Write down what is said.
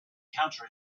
counter